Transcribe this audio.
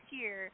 year